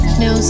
no